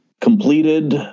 completed